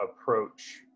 approach